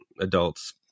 adults